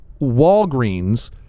walgreens